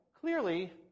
clearly